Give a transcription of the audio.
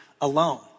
alone